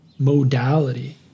Modality